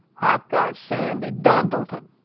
i've got sandy duddleton,